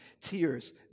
Tears